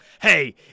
hey